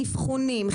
אבחונים,